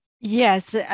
Yes